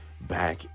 back